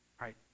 right